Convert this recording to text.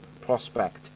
prospect